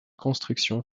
construction